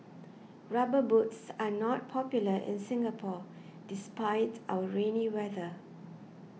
rubber boots are not popular in Singapore despite our rainy weather